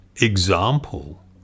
example